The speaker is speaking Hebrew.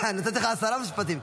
נתתי לך עשרה משפטים.